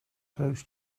throws